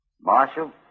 Marshal